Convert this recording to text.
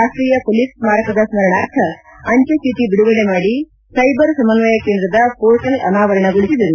ರಾಷ್ನೀಯ police ಸ್ನಾರಕದ ಸ್ನರಣಾರ್ಥ ಅಂಚೆ ಚೀಟ ಬಿಡುಗಡೆ ಮಾಡಿ ಸೈಬರ್ ಸಮನ್ವಯ ಕೇಂದ್ರದ ಪೋರ್ಟಲ್ ಅನಾವರಣಗೊಳಿಸಿದರು